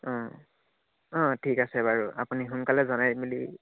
অঁ অঁ ঠিক আছে বাৰু আপুনি সোনকালে জনাই মেলি